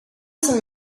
sant